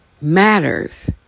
matters